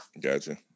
Gotcha